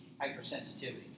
hypersensitivity